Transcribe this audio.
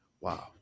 Wow